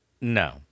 No